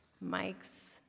Mike's